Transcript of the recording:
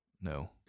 No